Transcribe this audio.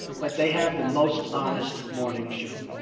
but they have the most honest morning show.